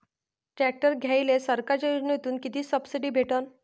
Tractor घ्यायले सरकारच्या योजनेतून किती सबसिडी भेटन?